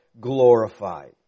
glorified